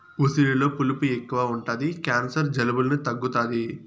ఉసిరిలో పులుపు ఎక్కువ ఉంటది క్యాన్సర్, జలుబులను తగ్గుతాది